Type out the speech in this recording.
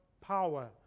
power